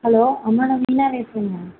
hello அம்மா நான் மீனா பேசுகிறேங்மா